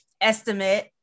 estimate